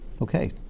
Okay